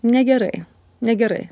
negerai negerai